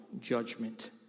judgment